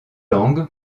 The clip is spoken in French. langues